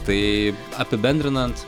tai apibendrinant